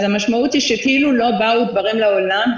אז המשמעות היא שכאילו לא באו דברים לעולם,